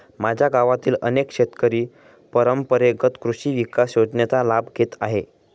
माझ्या गावातील अनेक शेतकरी परंपरेगत कृषी विकास योजनेचा लाभ घेत आहेत